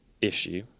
issue